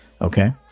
okay